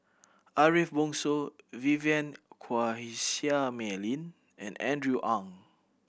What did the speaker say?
Ariff Bongso Vivien Quahe Seah Mei Lin and Andrew Ang